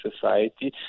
society